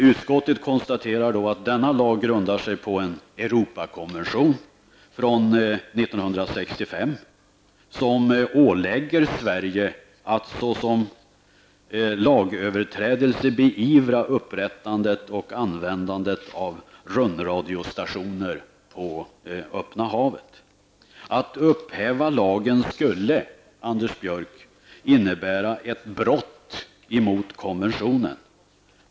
Utskottet konstaterar att denna lag grundar sig på en Europarådskonvention från 1965 som ålägger Sverige att såsom lagöverträdelse beivra upprättandet och användandet av rundradiostationer på öppna havet. Att upphäva lagen skulle, Anders Björck, innebära ett brott mot konventionen.